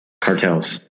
cartels